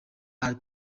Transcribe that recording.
are